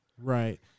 Right